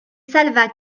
salvat